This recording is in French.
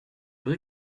vrai